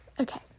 Okay